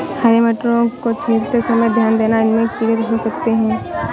हरे मटरों को छीलते समय ध्यान देना, इनमें कीड़े हो सकते हैं